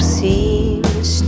seems